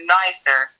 nicer